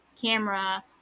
camera